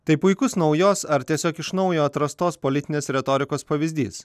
tai puikus naujos ar tiesiog iš naujo atrastos politinės retorikos pavyzdys